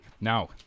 Now